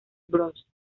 bros